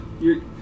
you're-